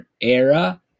era